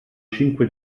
cinque